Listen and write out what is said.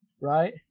Right